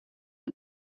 are